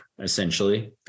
essentially